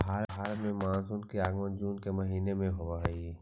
भारत में मानसून का आगमन जून के महीने में होव हई